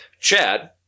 Chad